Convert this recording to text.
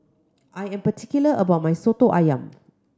I am particular about my Soto Ayam